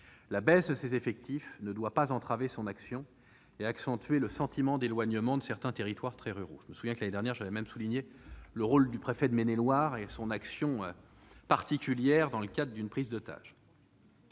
La baisse de ses effectifs ne doit pas entraver son action ni accentuer le sentiment d'éloignement de certains territoires très ruraux. L'année dernière, j'ai souligné le rôle du préfet de Maine-et-Loire et son action particulière dans le cadre d'une prise d'otages.